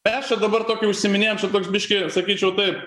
mes čia dabar tokia užsiiminėjam čia biškį sakyčiau taip